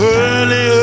Early